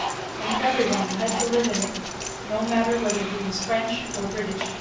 and every one who had to live in it no matter whether he was french or british,